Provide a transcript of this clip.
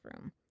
room